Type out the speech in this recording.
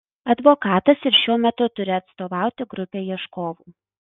advokatas ir šiuo metu turi atstovauti grupei ieškovų